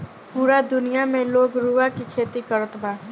पूरा दुनिया में लोग रुआ के खेती करत बा